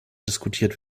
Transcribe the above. diskutiert